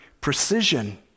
precision